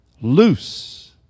Loose